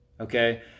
Okay